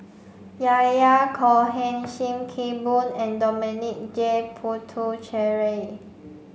Yahya Cohen Sim Kee Boon and Dominic J Puthucheary